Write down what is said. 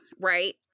right